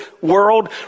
world